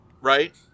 right